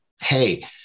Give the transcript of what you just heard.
hey